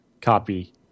copy